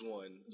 one